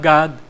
God